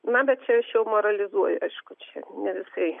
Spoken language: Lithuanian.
na bet čia aš jau moralizuoju aišku čia ne visai